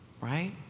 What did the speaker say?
Right